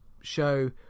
show